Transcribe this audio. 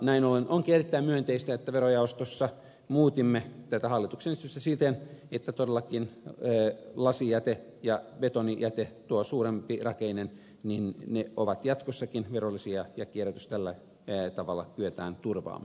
näin ollen onkin erittäin myönteistä että verojaostossa muutimme tätä hallituksen esitystä siten että todellakin lasijäte ja betonijäte tuo suurempirakeinen ovat jatkossakin verollisia ja kierrätys tällä tavalla kyetään turvaamaan